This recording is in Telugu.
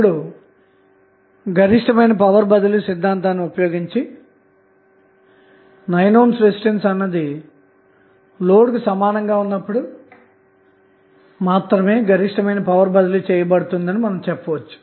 ఇప్పుడు గరిష్టమైన పవర్ బదిలీ సిద్ధాంతాన్ని ఉపయోగించి 9 ohm రెసిస్టెన్స్ అన్నది లోడ్కు సమానంగాఉన్నప్పుడు మాత్రమే గరిష్ట పవర్ బదిలీ చేయబడుతుందని చెప్పవచ్చు